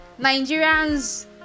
nigerians